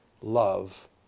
love